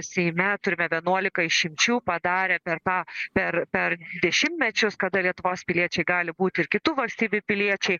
seime turime vienuolika išimčių padarę per tą per per dešimtmečius kada lietuvos piliečiai gali būti ir kitų valstybių piliečiai